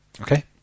Okay